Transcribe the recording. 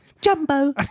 Jumbo